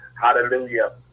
hallelujah